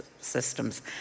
systems